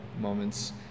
moments